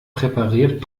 präpariert